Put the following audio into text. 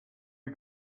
you